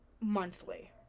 monthly